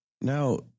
Now